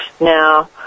Now